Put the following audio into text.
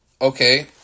okay